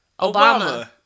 Obama